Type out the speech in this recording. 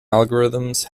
algorithms